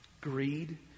greed